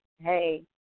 Hey